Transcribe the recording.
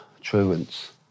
truants